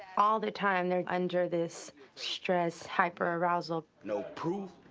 all the time they're under this stress, hyper-arousal. no proof,